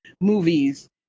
movies